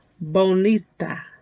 bonita